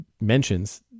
mentions